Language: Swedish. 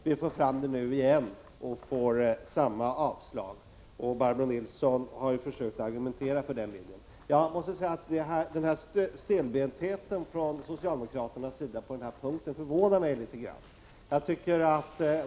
Vi för nu fram det igen och möts av samma inställning. Barbro Nilsson har här försökt att argumentera för ett avslag. Jag måste säga att socialdemokraternas stelbenthet på den här punkten förvånar mig litet grand.